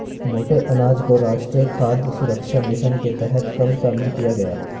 मोटे अनाज को राष्ट्रीय खाद्य सुरक्षा मिशन के तहत कब शामिल किया गया?